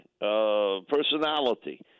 personality